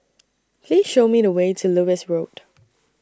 Please Show Me The Way to Lewis Road